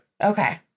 Okay